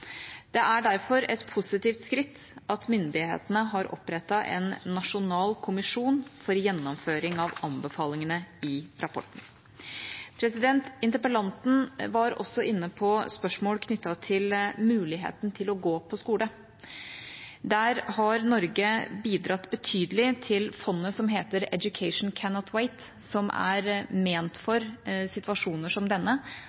Det er derfor et positivt skritt at myndighetene har opprettet en nasjonal kommisjon for gjennomføring av anbefalingene i rapporten. Interpellanten var også inne på spørsmål knyttet til muligheten til å gå på skole. Norge har bidratt betydelig til fondet som heter Education Cannot Wait, som er ment for situasjoner som denne,